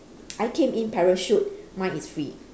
I came in parachute mine is free